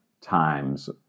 times